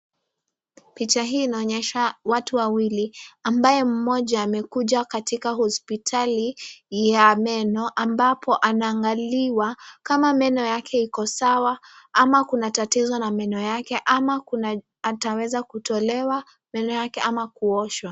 Picha hii inaonyesha watu wawili ambaye mmoja amekuja katika hospitali ya meno, ambapo anaangaliwa kama meno yake iko sawa ama kuna tatizo na meno yake ama kuna ataweza kutolewa meno yake ama kuoshwa.